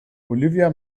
olivia